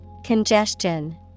congestion